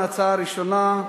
ההצעה הראשונה: